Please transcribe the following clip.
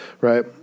right